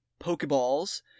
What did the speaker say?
Pokeballs